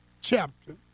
chapter